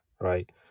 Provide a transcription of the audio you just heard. Right